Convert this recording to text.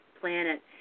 planet